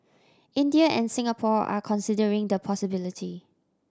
India and Singapore are considering the possibility